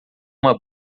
uma